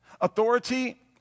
Authority